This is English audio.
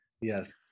Yes